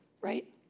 right